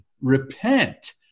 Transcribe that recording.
Repent